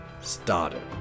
started